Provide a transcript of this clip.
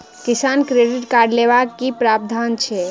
किसान credit card लेबाक की प्रावधान छै?